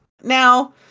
now